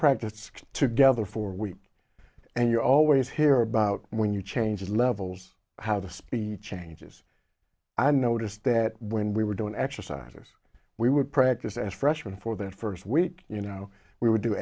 practice together for a week and you always hear about when you change levels how the speed changes i noticed that when we were doing exercises we would practice as a freshman for that first week you know we would do